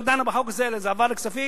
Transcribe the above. דנה בחוק הזה אלא זה עבר לוועדת הכספים,